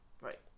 Right